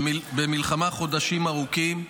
במלחמה חודשים ארוכים,